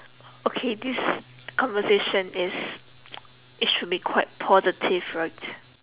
okay this conversation it's it should be quite positive right